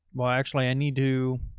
well, actually i need to,